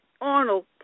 Arnold